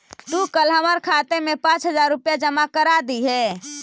तू कल हमर खाते में पाँच हजार रुपए जमा करा दियह